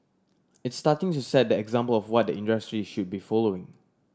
it's starting to set the example of what the industry should be following